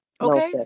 Okay